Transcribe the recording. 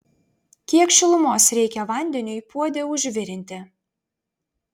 kiek šilumos reikia vandeniui puode užvirinti